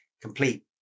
complete